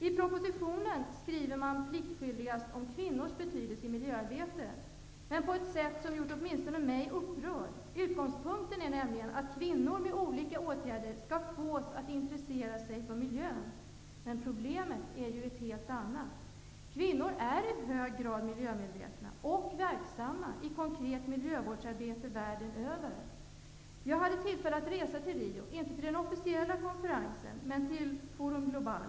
I propositionen skriver man pliktskyldigast om kvinnors betydelse i miljöarbetet, men man skriver på ett sådant sätt att åtminstone jag blir upprörd. Utgångspunkten är nämligen att man genom olika åtgärder skall få kvinnor att intressera sig för miljön. Men problemet är ju ett helt annat. Kvinnor världen över är i hög grad miljömedvetna och verksamma i konkret miljövårdsarbete. Jag hade tillfälle att resa till Rio, inte till den officiella konferensen men väl till Forum Global.